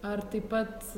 ar taip pat